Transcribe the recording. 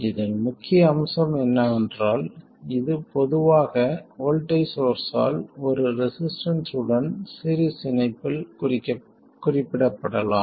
இதன் முக்கிய அம்சம் என்னவென்றால் இது பொதுவாக வோல்ட்டேஜ் சோர்ஸ் ஆல் ஒரு ரெசிஸ்டன்ஸ் உடன் சீரிஸ் இணைப்பில் குறிப்பிடப்படலாம்